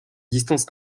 distance